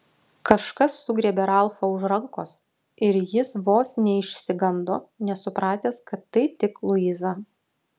kažkas sugriebė ralfą už rankos ir jis vos neišsigando nesupratęs kad tai tik luiza